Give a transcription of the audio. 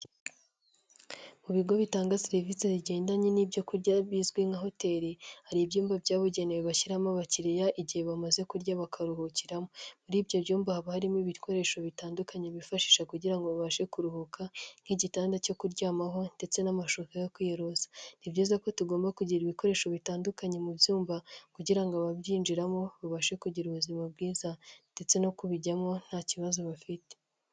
Mu bigo bitanga serivisi zigendanye n'ibyo kurya bizwi nka hoteli, hari ibyumba byabugenewe bashyiramo abakiriya igihe bamaze kurya bakaruhukiramo. Muri ibyo byumba haba harimo ibikoresho bitandukanye bifashisha kugira ngo babashe kuruhuka nk'igitanda cyo kuryamaho, ndetse n'amashuka yo kwiyorosa. Ni byiza ko tugomba kugira ibikoresho bitandukanye mu byumba kugira ababyinjiramo babashe kugira ubuzima bwiza ndetse no kubijyamo nta kibazo bafite.